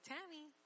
Tammy